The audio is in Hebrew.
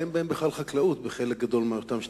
אין בהם בכלל חקלאות בחלק גדול מאותם שטחים.